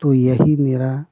तो यही मेरा